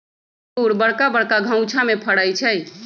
इंगूर बरका बरका घउछामें फ़रै छइ